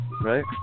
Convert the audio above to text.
right